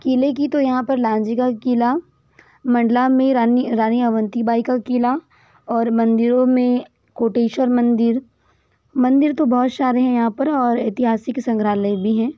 किले की तो यहाँ पर लाँजी का किला मंडला में रानी अवंतीबाई का किला और मंदिरों में कोटेश्वर मंदिर मंदिर तो बहुत सारे हैं यहाँ पर और ऐतिहासिक संग्रहालय भी हैं